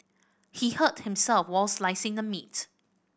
he hurt himself while slicing the meat